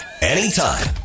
anytime